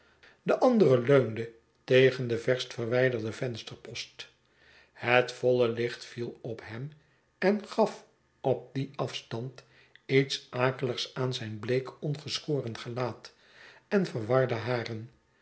de andere leunde tegen de verst verwijderde vensterpost het voile licht viel op hem en gaf op dien afstand iets akeligs aan zijn bleek ongeschoren gelaat en verwarde haren